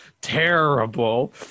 terrible